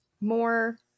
more